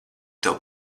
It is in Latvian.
tev